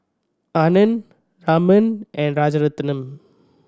Anand Raman and Rajaratnam